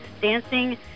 dancing